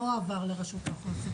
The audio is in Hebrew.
לא עבר לרשות האוכלוסין,